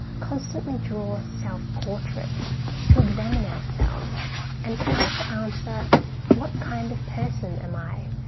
constantly draw self-portraits to examine ourselves and try to answer what kind of person am i?